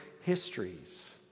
histories